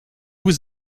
was